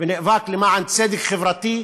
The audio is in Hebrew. ונאבק למען צדק חברתי,